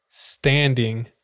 standing